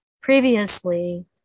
previously